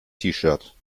shirt